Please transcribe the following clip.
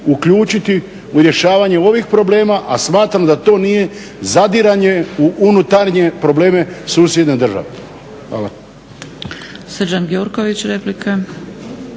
uključiti u rješavanje ovih problema, a smatram da to nije zadiranje u unutarnje probleme susjedne države. Hvala.